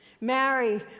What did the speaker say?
Mary